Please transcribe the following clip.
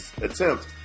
attempt